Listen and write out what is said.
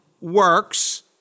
works